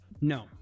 No